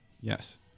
Yes